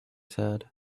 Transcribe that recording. said